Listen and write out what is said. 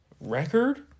record